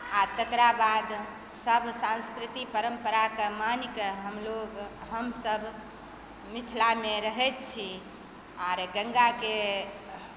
आओर तकरा बाद सब सांस्कृति परम्पराके मानि कऽ हमलोग हमसब मिथिलामे रहैत छी आओर गङ्गाके